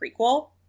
prequel